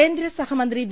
കേന്ദ്ര സഹമന്ത്രി വി